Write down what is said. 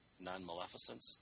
non-maleficence